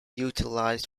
utilized